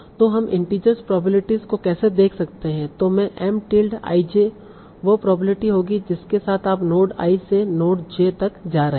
तो हम integers probabilities को कैसे देख सकते हैं तों M टिल्ड i j वह प्रोबेबिलिटी होगी जिसके साथ आप नोड i से नोड j तक जा रहे हैं